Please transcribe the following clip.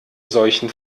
solchen